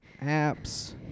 apps